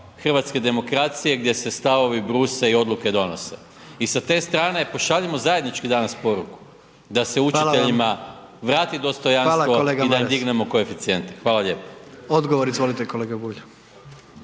hrvatske demokracije gdje se stavovi bruse i odluke donose. I sa te strane pošaljimo zajednički poruku da se učiteljima vrati dostojanstvo i da dignemo koeficijente. Hvala lijepo. **Jandroković, Gordan